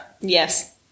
yes